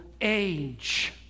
age